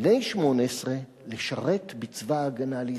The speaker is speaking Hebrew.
בני 18 לשרת בצבא-הגנה לישראל,